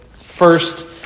first